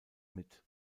mit